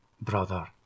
brother